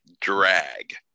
Drag